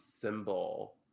symbol